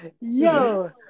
Yo